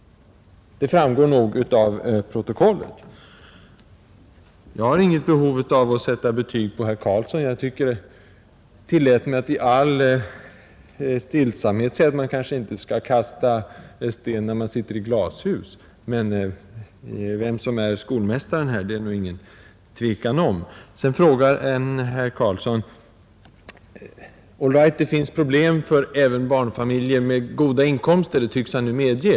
Det framgår nog av protokollet. Jag har inget behov av att sätta betyg på herr Karlsson. Jag tillät mig att i all stillsamhet säga att man kanske inte skall kasta sten när man sitter i glashus beträffande demagogi. Men vem som är skolmästaren här är det nog inget tvivel om. Sedan sade herr Karlsson: Det finns problem även för barnfamiljer med goda inkomster — det tycks han nu medge.